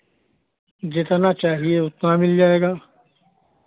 जितना चाहिए उतना मिल जाएगा